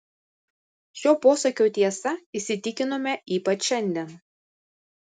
šio posakio tiesa įsitikinome ypač šiandien